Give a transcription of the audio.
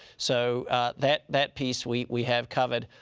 so that that piece we we have covered.